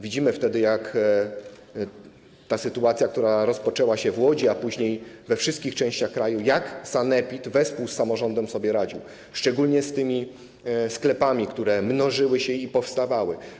Widzieliśmy wtedy, jak w tej sytuacji, która rozpoczęła się w Łodzi, a później miała miejsce we wszystkich częściach kraju, sanepid wespół z samorządem sobie radził, szczególnie z tymi sklepami, które mnożyły się i powstawały.